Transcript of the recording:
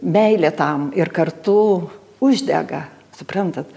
meilė tam ir kartu uždega suprantat